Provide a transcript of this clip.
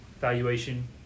valuation